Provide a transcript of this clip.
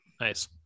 Nice